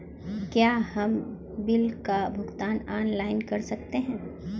क्या हम बिल का भुगतान ऑनलाइन कर सकते हैं?